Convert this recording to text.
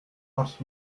ask